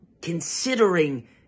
considering